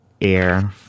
air